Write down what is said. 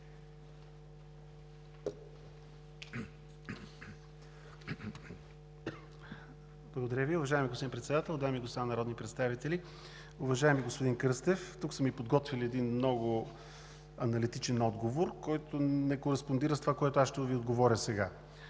Благодаря Ви, уважаеми господин Председател. Дами и господа народни представители! Уважаеми господин Кръстев, тук са ми подготвили един много аналитичен отговор, който не кореспондира с това, което аз ще Ви отговоря сега,